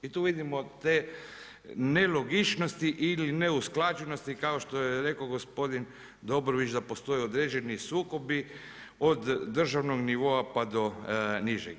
I tu vidimo te nelogičnosti ili neusklađenosti kao što je rekao gospodin Dobrović da postoje određeni sukobi od državnog nivoa pa do nižeg.